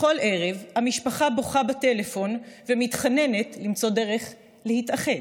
בכל ערב המשפחה בוכה בטלפון ומתחננת למצוא דרך להתאחד,